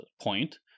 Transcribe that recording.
point